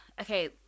Okay